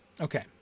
Okay